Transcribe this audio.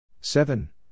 seven